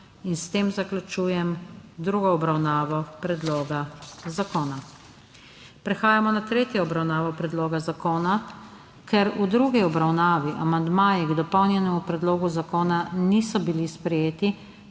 in s tem zaključujem drugo obravnavo predloga zakona. Prehajamo na tretjo obravnavo predloga zakona. Ker v drugi obravnavi amandmaji k dopolnjenemu predlogu zakona niso bili sprejeti,